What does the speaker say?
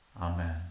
Amen